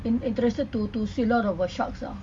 in~ interested to to see a lot of uh sharks ah